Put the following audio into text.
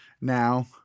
now